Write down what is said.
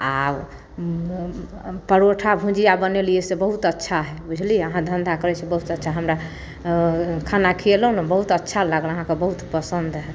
आओर परौठा भुजिआ बनेलिए से बहुत अच्छा हइ बुझलिए अहाँ धन्धा करै छिए बहुत अच्छा हमरा खाना खिएलहुँ ने बहुत अच्छा लागल अहाँके बहुत पसन्द हइ